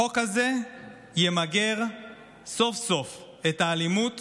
החוק הזה ימגר סוף-סוף את האלימות